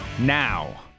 now